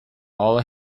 all